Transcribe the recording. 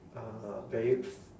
uh very f~